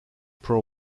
pro